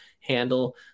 handle